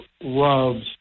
loves